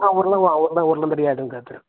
ആ ഉരുളാനാ ഉരുളൻ ഉരുളൻ തടിയായിട്ടും നിങ്ങള്ക്കതു തരും